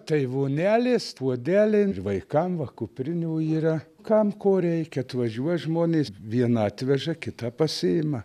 tai vonelės puodeliai vaikam va kuprinių yra kam ko reikia atvažiuoja žmonės vieną atveža kitą pasiima